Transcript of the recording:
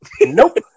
Nope